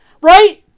right